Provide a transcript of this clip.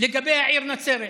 בעניין העיר נצרת.